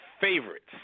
favorites